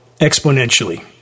exponentially